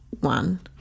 one